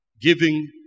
Giving